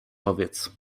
powiedz